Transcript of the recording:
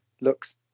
looks